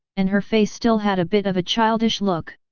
and her face still had a bit of a childish look.